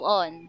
on